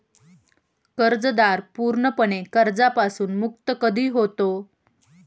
कर्जदार पूर्णपणे कर्जापासून मुक्त कधी होतो?